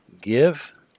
Give